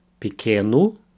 pequeno